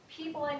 people